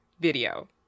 video